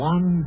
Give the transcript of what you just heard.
One